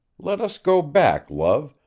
let us go back, love,